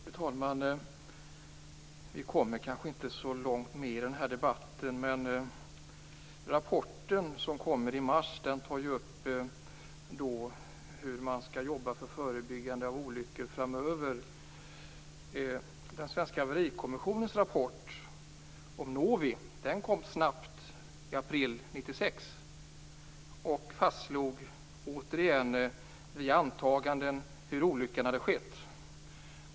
Fru talman! Vi kommer kanske inte så mycket längre i denna debatt. Men rapporten som kommer i mars tar ju upp hur man skall jobba för att förebygga olyckor framöver. Den svenska haverikommissionens rapport om Novi kom snabbt - i april 1996 - och fastslog återigen via antaganden hur olyckan hade skett.